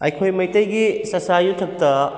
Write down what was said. ꯑꯩꯈꯣꯏ ꯃꯩꯇꯩꯒꯤ ꯆꯥꯛꯆꯥ ꯌꯨꯊꯛꯇ